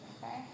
okay